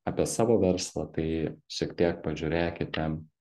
apie savo verslą tai šiek tiek pažiūrėkite